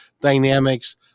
dynamics